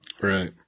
Right